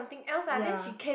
ya